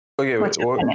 okay